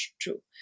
true